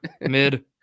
mid